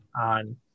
on